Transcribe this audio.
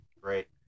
Great